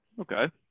okay